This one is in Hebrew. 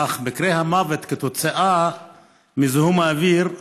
אך מקרי המוות כתוצאה מזיהום האוויר עלו.